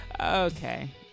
Okay